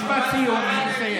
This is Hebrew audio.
משפט סיום.